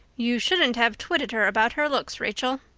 you shouldn't have twitted her about her looks, rachel.